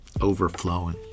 overflowing